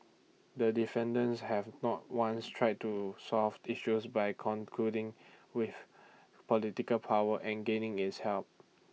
the defendants have not once tried to solved issues by concluding with political power and gaining its help